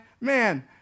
man